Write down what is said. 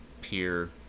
peer